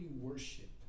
worship